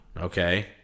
okay